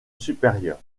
supérieure